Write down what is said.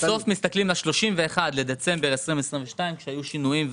בסוף מסתכלים על 31 בדצמבר 2022 אחרי שהיו שינויים,